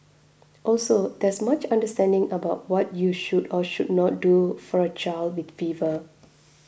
also there's much misunderstanding about what you should or should not do for a child with fever